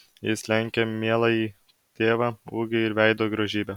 jis lenkia mieląjį tėvą ūgiu ir veido grožybe